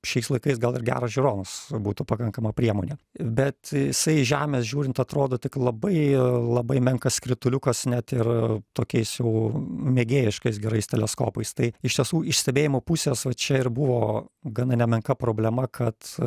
šiais laikais gal ir geras žiūronus būtų pakankama priemonė bet jisai iš žemės žiūrint atrodo tik labai labai menkas skrituliukas net ir tokiais jau mėgėjiškais gerais teleskopais tai iš tiesų iš stebėjimo pusės va čia ir buvo gana nemenka problema kad